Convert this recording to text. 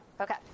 okay